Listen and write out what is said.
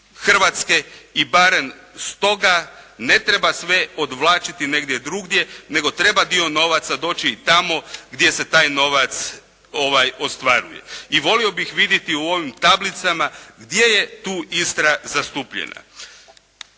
Hrvatske i barem stoga ne treba sve odvlačiti negdje drugdje nego treba dio novaca doći i tamo gdje se taj novac ostvaruje. I volio bih vidjeti u ovim tablicama gdje je tu Istra zastupljena.